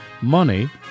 Money